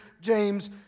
James